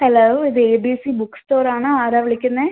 hello ഇതേ B C book സ്റ്റോറാണ് ആരാണ് വിളിക്കുന്നത്